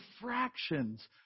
fractions